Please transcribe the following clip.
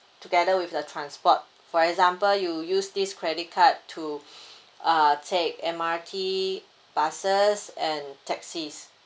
together with the transport for example you use this credit card to uh take M_R_T buses and taxis